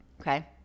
okay